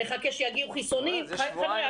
נחכה שיגיעו חיסונים חבר'ה,